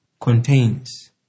contains